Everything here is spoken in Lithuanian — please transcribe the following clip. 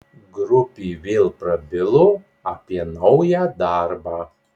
grupė vėl prabilo apie naują darbą